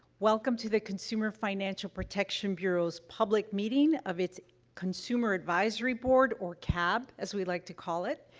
welcome to the consumer financial protection bureau's public meeting of its consumer advisory board, or cab as we like to call it,